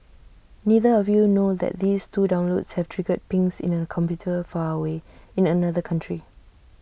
neither of you know that these two downloads have triggered pings in A computer far away in another country